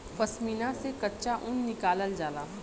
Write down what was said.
पश्मीना से कच्चा ऊन निकालल जाला